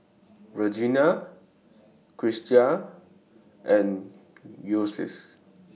Virginia Christa and Ulysses